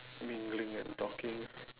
mingling and talking